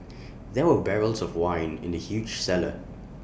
there were barrels of wine in the huge cellar